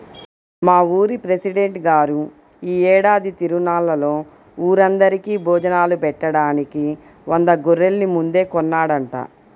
మా ఊరి పెసిడెంట్ గారు యీ ఏడాది తిరునాళ్ళలో ఊరందరికీ భోజనాలు బెట్టడానికి వంద గొర్రెల్ని ముందే కొన్నాడంట